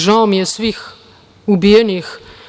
Žao mi je svih ubijenih.